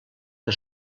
que